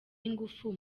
ingufu